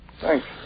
thanks